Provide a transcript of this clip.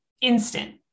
instant